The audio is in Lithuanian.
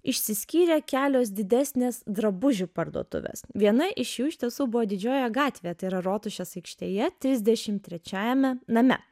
išsiskyrė kelios didesnės drabužių parduotuvės viena iš jų iš tiesų buvo didžiojoje gatvėje tai yra rotušės aikštėje trisdešimt trečiajame name